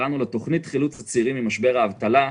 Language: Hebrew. בשם: תוכנית חילוץ הצעירים ממשבר האבטלה.